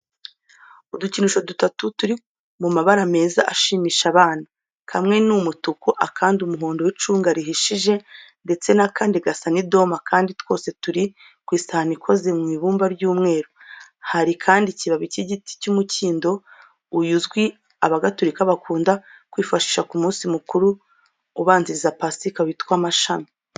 Udukinisho dutatu turi mu mabara meza ashimisha abana, kamwe ni umutuku, akandi umuhondo w'icunga rihishije ndetse n'akandi gasa n'idoma kandi twose turi ku isahani ikoze mu ibumba ry'umweru. Hari kandi ikibabi cy'igiti cy'umukindo, uyu uzwi abagatolika bakunda kwifashisha ku munsi mukuru ubanziriza Pasika witwa mashami.